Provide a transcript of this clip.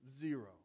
zero